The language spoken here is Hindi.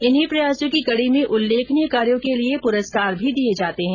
इन ही प्रयासों की कडी में उल्लेखनीय कार्य के लिए पुरस्कार भी दिए जाते है